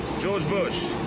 george bush,